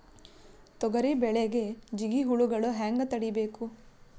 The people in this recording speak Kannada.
ತೊಗರಿ ಬೆಳೆಗೆ ಜಿಗಿ ಹುಳುಗಳು ಹ್ಯಾಂಗ್ ತಡೀಬೇಕು?